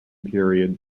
period